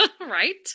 right